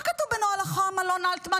מה כתוב בנוהל אח"מ, אלון אלטמן?